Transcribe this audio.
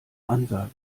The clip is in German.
ansage